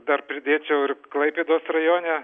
dar pridėčiau ir klaipėdos rajone